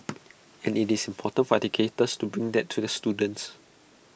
and IT is important for educators to bring that to the students